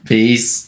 Peace